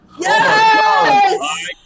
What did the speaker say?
Yes